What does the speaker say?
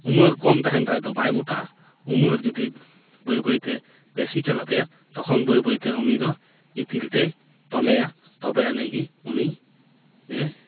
ᱩᱢᱟᱹᱨ ᱠᱚᱢ ᱛᱟᱦᱮᱱ ᱨᱮᱫᱚ ᱵᱟᱭ ᱢᱚᱴᱟᱜᱼᱟ ᱩᱢᱟᱹᱨ ᱡᱩᱫᱤ ᱵᱟᱹᱭ ᱵᱟᱹᱭᱛᱮ ᱵᱮᱥᱤ ᱪᱟᱞᱟᱜ ᱛᱟᱭᱟ ᱛᱚᱠᱷᱚᱱ ᱵᱟᱹᱭ ᱵᱟᱹᱭ ᱛᱮ ᱩᱱᱤ ᱫᱚ ᱤᱛᱤᱞ ᱛᱮᱭ ᱛᱚᱞᱮᱭᱟ ᱛᱚᱵᱮᱭᱟᱱᱤᱡ ᱜᱮ ᱩᱱᱤ ᱮ